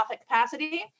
capacity